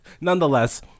Nonetheless